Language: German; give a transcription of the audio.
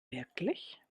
wirklich